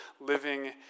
living